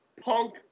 Punk